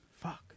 fuck